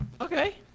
Okay